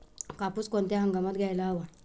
कापूस कोणत्या हंगामात घ्यायला हवा?